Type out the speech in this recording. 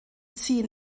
ziehen